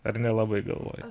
ar nelabai galvojot